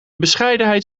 bescheidenheid